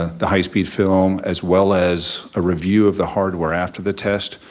ah the high speed film, as well as a review of the hardware after the test,